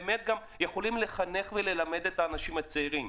יכולים לחנך וללמד את האנשים הצעירים.